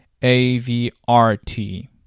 AVRT